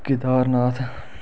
Kedarnath